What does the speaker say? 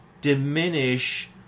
diminish